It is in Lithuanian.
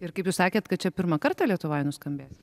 ir kaip jūs sakėt kad čia pirmą kartą lietuvoj nuskambės